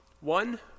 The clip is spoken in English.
One